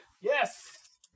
Yes